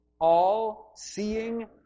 all-seeing